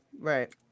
Right